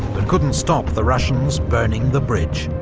but couldn't stop the russians burning the bridge.